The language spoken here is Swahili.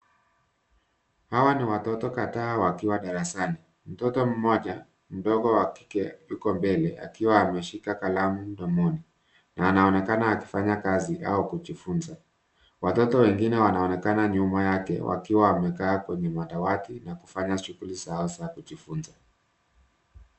Hawa ni watoto kadhaa wakiwa darasani, mtoto mmoja mdogo wa kike yuko mbele akiwa ameshika kalamu mdomoni na anaonekana akifanya Kasi au kujifunza, watoto wengini wanaonekana nyuma yake wakiwa wamekaa kwenye madawati na kufanya shughuli zao za kujifunza